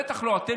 בטח לא אתם,